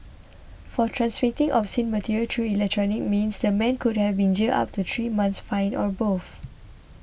for transmitting obscene material through electronic means the man could have been jailed up to three months fined or both